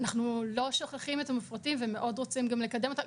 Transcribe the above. לא שוכחים את המופרטים ומאוד רוצים לקדם אותם,